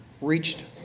reached